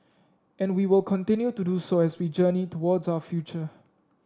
and we will continue to do so as we journey towards our future